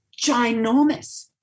ginormous